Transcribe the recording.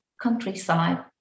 countryside